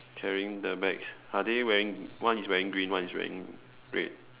carrying the bags are they wearing one is wearing green one is wearing red